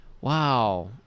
Wow